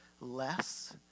less